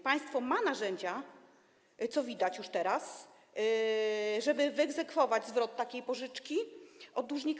Państwo ma narzędzia, co widać już teraz, żeby wyegzekwować zwrot takiej pożyczki od dłużnika.